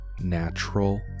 Natural